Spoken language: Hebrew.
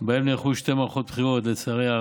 שבהן נערכו שתי מערכות בחירות, לצערי הרב.